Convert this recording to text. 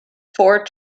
four